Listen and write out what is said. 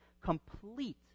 complete